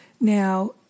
Now